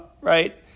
right